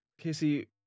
Casey